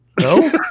No